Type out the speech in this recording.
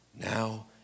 now